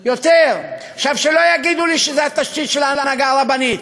שלא יגידו לי שזו התשתית של ההנהגה הרבנית,